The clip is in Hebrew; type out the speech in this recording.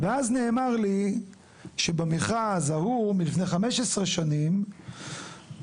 ואז נאמר לי שבמכרז ההוא לפני 15 שנים חברות